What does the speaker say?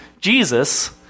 Jesus